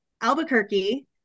Albuquerque